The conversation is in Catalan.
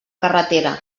carretera